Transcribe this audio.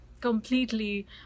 completely